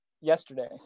yesterday